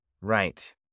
Right